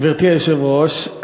גברתי היושבת-ראש,